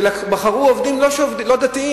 שבחרו עובדים לא דתיים,